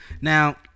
Now